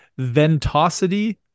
ventosity